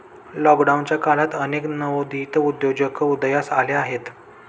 लॉकडाऊनच्या काळात अनेक नवोदित उद्योजक उदयास आले आहेत